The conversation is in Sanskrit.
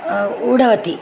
ऊढवती